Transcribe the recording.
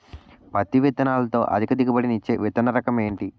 పత్తి విత్తనాలతో అధిక దిగుబడి నిచ్చే విత్తన రకం ఏంటి?